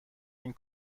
این